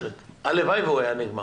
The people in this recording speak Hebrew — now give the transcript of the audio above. הלוואי וזה היה נגמר.